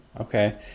okay